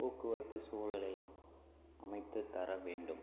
போக்குவரத்து சூழலை அமைத்து தர வேண்டும்